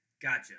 Gotcha